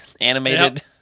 animated